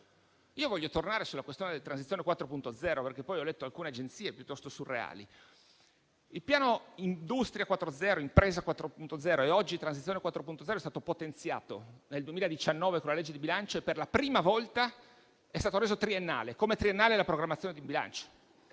Voglio tornare sulla questione della Transizione 4.0, avendo letto alcune agenzie di stampa piuttosto surreali. Il piano Industria 4.0, Impresa 4.0 e oggi Transizione 4.0 è stato potenziato nel 2019 con la legge di bilancio e per la prima volta è stato reso triennale, come triennale è la programmazione di bilancio.